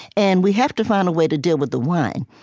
and we have to find a way to deal with the wine.